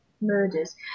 murders